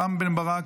רם בן ברק,